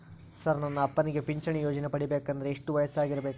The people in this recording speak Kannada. ಸರ್ ನನ್ನ ಅಪ್ಪನಿಗೆ ಪಿಂಚಿಣಿ ಯೋಜನೆ ಪಡೆಯಬೇಕಂದ್ರೆ ಎಷ್ಟು ವರ್ಷಾಗಿರಬೇಕ್ರಿ?